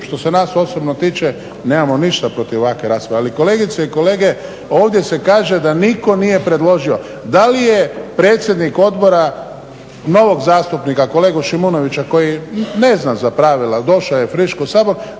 što se nas osobno tiče nemamo ništa protiv ovakve rasprave, ali kolegice i kolege, ovdje se kaže da nitko nije predložio. Da li je predsjednik odbora, novog zastupnika, kolegu Šimunovića koji ne zna za pravila, došao je friško u Sabor,